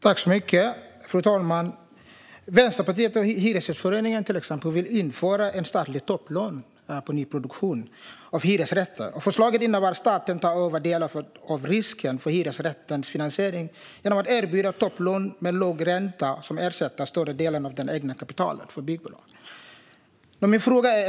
Fru talman! Vänsterpartiet och Hyresgästföreningen vill bland annat införa ett statligt topplån vid nyproduktion av hyresrätter. Förslaget innebär att staten tar över delar av risken för hyresrättens finansiering genom att erbjuda topplån med låg ränta som ersätter större delen av byggbolagets eget kapital.